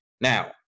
Now